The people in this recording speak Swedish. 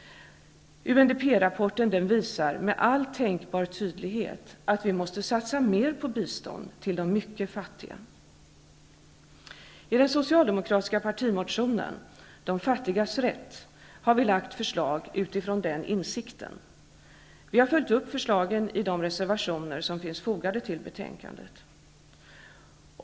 UNDP-rapporten visar med all tänkbar tydlighet att vi måste satsa mer på bistånd till de mycket fattiga. I den socialdemokratiska partimotionen om de fattigas rätt, har vi lagt fram förslag utifrån den insikten. Vi har följt upp förslagen i de reservationer som finns fogade till betänkandet.